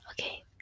Okay